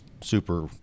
super